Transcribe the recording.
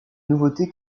nouveauté